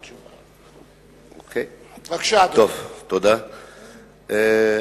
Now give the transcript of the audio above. בבקשה, אדוני.